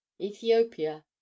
ethiopia